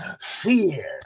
fear